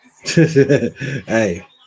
Hey